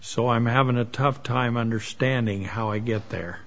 so i'm having a tough time understanding how i get there